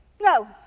No